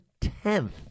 tenth